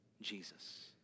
Jesus